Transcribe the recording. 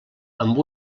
amb